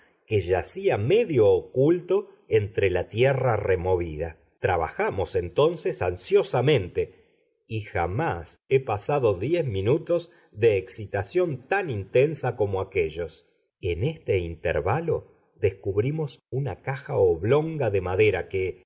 que yacía medio oculto entre la tierra removida trabajamos entonces ansiosamente y jamás he pasado diez minutos de excitación tan intensa como aquéllos en este intervalo descubrimos una caja oblonga de madera que